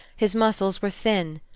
his muscles were thin,